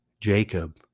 Jacob